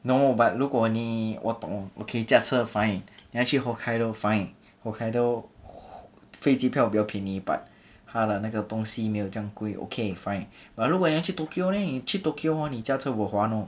no but 如果你我懂 okay 驾车 fine 你要去 hokkaido fine hokkaido 飞机票比较便宜 but 他的那个东西没有这样贵 okay fine but 如果你要去 tokyo leh 你去 tokyo hor 你驾车 bo hua you know